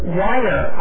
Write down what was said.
wire